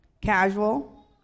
casual